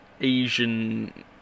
Asian